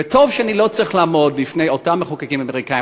טוב שאני לא צריך לעמוד בפני אותם מחוקקים אמריקנים